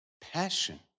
passion